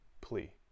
plea